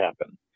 happen